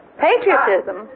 Patriotism